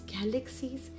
galaxies